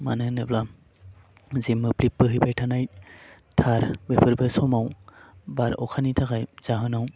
मानो होनोब्ला जे मोब्लिब बोहैबाय थानाय थार बेफोर समाव बार अखानि थाखाय जाहोनाव